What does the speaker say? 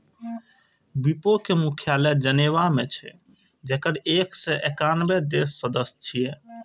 विपो के मुख्यालय जेनेवा मे छै, जेकर एक सय एकानबे देश सदस्य छियै